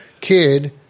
kid